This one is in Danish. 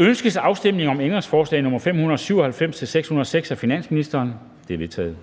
Ønskes afstemning om ændringsforslag nr. 762-769 af finansministeren? De er vedtaget.